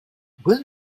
will